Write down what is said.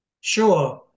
Sure